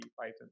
Python